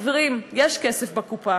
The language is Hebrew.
חברים, יש כסף בקופה.